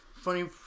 Funny